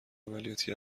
عملیاتی